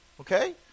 Okay